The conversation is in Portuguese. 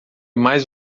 mais